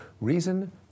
Reason